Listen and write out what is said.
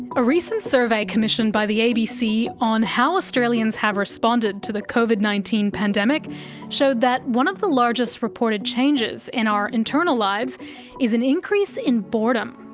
a recent survey commissioned by the abc on how australians have responded to the covid nineteen pandemic showed that one of the largest reported changes in our internal lives is an increase in boredom.